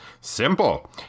Simple